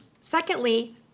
Secondly